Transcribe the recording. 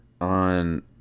on